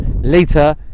later